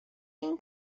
این